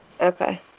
Okay